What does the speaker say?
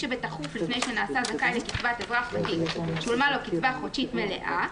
שבתכוף לפני שנעשה זכאי לקצבת אזרח ותיק שולמה לו קצבה חודשית מלאה.